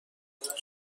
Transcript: فهموند